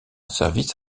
service